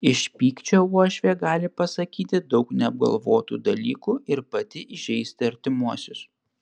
iš pykčio uošvė gali pasakyti daug neapgalvotų dalykų ir pati įžeisti artimuosius